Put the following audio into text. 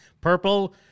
Purple